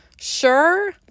sure